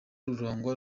rurangwa